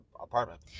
apartment